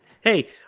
hey